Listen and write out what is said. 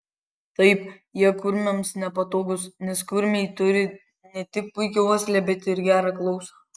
taip jie kurmiams nepatogūs nes kurmiai turi ne tik puikią uoslę bet ir gerą klausą